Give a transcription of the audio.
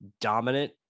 dominant